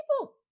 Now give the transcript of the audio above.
people